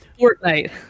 Fortnite